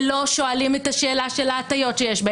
ולא שואלים את השאלה של ההטיות שיש.